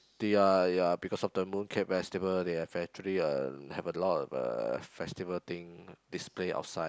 ya ya because of the Mooncake Festival they have actually uh have a lot of uh festival thing display outside